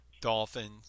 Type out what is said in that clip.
Dolphins